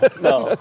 no